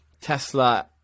Tesla